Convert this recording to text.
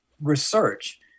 research